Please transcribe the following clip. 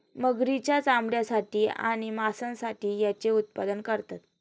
मगरींच्या चामड्यासाठी आणि मांसासाठी याचे उत्पादन करतात